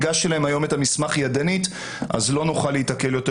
הגשתי להם היום את המסמך ידנית כך שלא נוכל להיתקל יותר